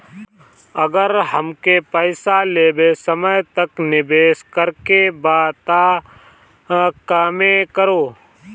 अगर हमके पईसा लंबे समय तक निवेश करेके बा त केमें करों?